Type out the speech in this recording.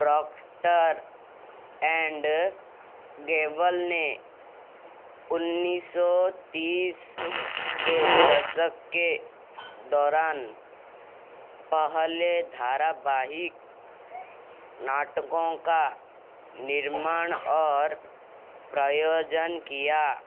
Procter and Gamble ने उन्नीस सौ तीस के दशक के दौरान पहले धारावाहिक नाटकों का निर्माण और प्रयोजन किया